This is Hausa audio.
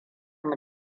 mu